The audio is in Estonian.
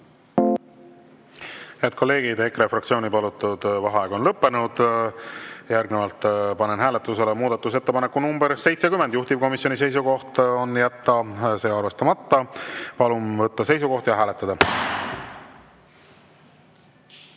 kolleegid! EKRE fraktsiooni palutud vaheaeg on lõppenud. Järgnevalt panen hääletusele muudatusettepaneku nr 70, juhtivkomisjoni seisukoht on jätta see arvestamata. Palun võtta seisukoht ja hääletada!